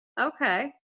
okay